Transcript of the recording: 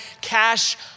cash